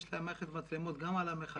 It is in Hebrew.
לקצא"א יש מערכת מצלמות גם על המכלים.